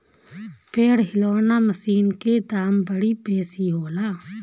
पेड़ हिलौना मशीन के दाम बड़ी बेसी होला